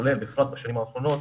בפרט בשנים האחרונות,